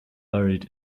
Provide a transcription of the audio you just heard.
buried